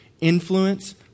influence